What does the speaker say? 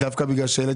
בבקשה.